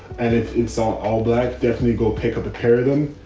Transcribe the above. and if it's all all black, definitely go pick up a pair of them.